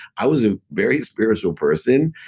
i was a very spiritual person.